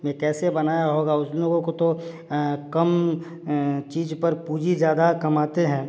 में कैसे बनाया होगा उसने वो तो कम चीज पर पूँजी ज्यादा कमाते हैं